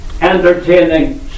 entertaining